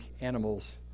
animals